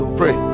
pray